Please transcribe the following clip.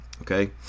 okay